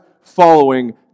following